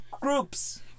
groups